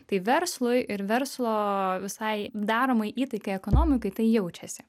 tai verslui ir verslo visai daromai įtakai ekonomikai tai jaučiasi